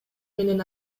менен